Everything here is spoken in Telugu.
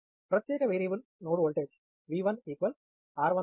ప్రత్యేక variable node voltage V1 r11